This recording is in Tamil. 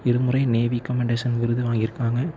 இரு முறை நேவி கமான்டேசன் விருது வாங்கியிருக்காங்க